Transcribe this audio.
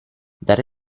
dare